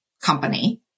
company